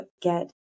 get